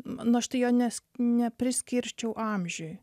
mano štai jo nes nepriskirčiau amžiui